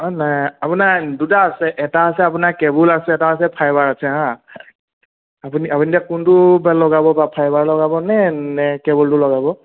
অঁ নাই আপোনাৰ দুটা আছে এটা আছে আপোনাৰ কেবুল আছে এটা আছে ফাইবাৰ আছে হা আপুনি আপুনি এতিয়া কোনটো বা লগাব বা ফাইবাৰ লগাব নে নে কেবুলটো লগাব